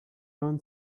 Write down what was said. run